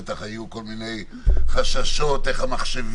בטח היו כל מיני חששות, אם מבחינת